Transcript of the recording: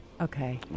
Okay